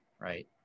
right